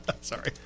Sorry